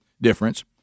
difference